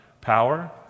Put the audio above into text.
power